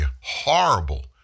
horrible